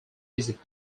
its